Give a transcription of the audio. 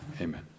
Amen